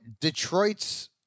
Detroit's